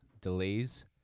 delays